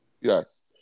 Yes